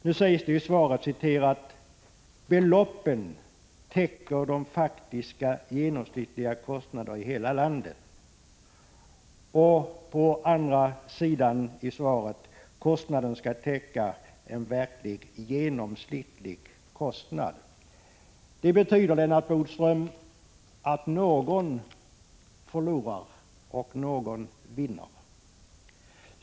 Nu sägs det i svaret att beloppen täcker de faktiska genomsnittliga kostnaderna i hela landet och att bidragen skall täcka ”en verklig genomsnittlig kostnad”. Detta betyder, Lennart Bodström, att någon förlorar och någon vinner.